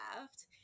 left